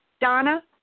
Donna